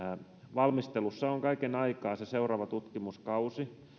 valmistelussa on kaiken aikaa seuraava tutkimuskausi